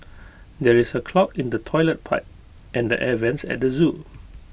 there is A clog in the Toilet Pipe and the air Vents at the Zoo